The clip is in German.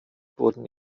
wurden